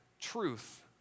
truth